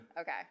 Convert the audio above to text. Okay